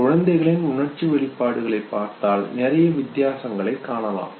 குழந்தைகளின் உணர்ச்சி வெளிப்பாடுகளை பார்த்தால் நிறைய வித்தியாசங்களை காணலாம்